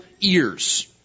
ears